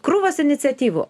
krūvas iniciatyvų